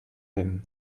him